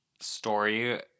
story